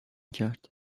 کرد